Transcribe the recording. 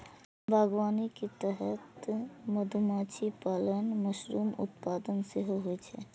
बागवानी के तहत मधुमाछी पालन, मशरूम उत्पादन सेहो होइ छै